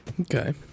okay